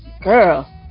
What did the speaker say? Girl